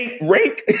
rank